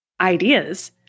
ideas